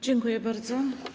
Dziękuję bardzo.